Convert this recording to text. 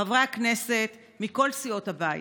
חברי הכנסת מכל סיעות הבית,